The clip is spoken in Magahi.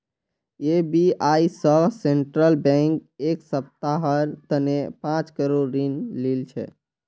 एस.बी.आई स सेंट्रल बैंक एक सप्ताहर तने पांच करोड़ ऋण लिल छ